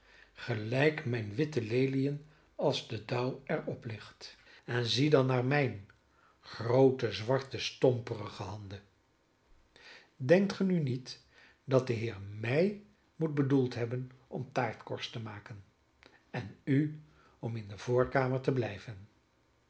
gelijk mijne witte leliën als de dauw er op ligt en zie dan naar mijne groote zwarte stomperige handen denkt ge nu niet dat de heer mij moet bedoeld hebben om taartenkorst te maken en u om in de voorkamer te blijven